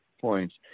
points